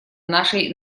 нашей